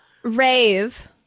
rave